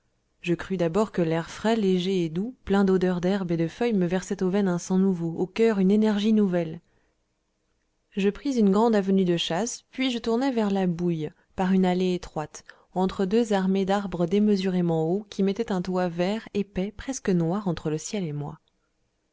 je crus d'abord que l'air frais léger et doux plein d'odeur d'herbes et de feuilles me versait aux veines un sang nouveau au coeur une énergie nouvelle je pris une grande avenue de chasse puis je tournai vers la bouille par une allée étroite entre deux armées d'arbres démesurément hauts qui mettaient un toit vert épais presque noir entre le ciel et moi